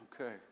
Okay